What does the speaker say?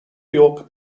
york